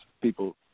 people